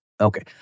Okay